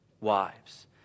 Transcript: wives